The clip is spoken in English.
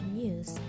news